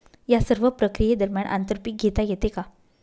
या सर्व प्रक्रिये दरम्यान आंतर पीक घेता येते का?